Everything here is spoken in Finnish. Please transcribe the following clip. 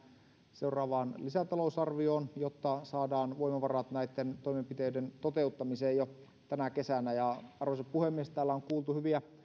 seuraavaan lisätalousarvioon jotta saadaan voimavarat näiden toimenpiteiden toteuttamiseen jo tänä kesänä arvoisa puhemies täällä on kuultu hyviä